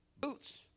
Boots